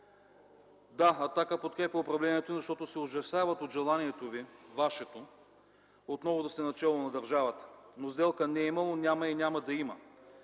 Да, „Атака” подкрепя управлението, защото се ужасяват от желанието ви, вашето, отново да сте начело на държавата, но сделка не е имало, няма и няма да има.